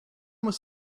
must